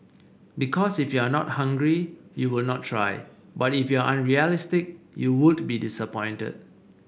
because if you are not hungry you would not try but if you are unrealistic you would be disappointed